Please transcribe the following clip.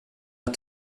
att